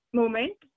moment